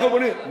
תגזים.